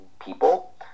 people